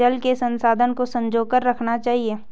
जल के संसाधन को संजो कर रखना चाहिए